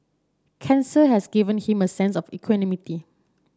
cancer has given him a sense of equanimity